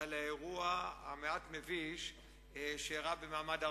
על האירוע המעט-מביש שאירע במעמד הר-סיני.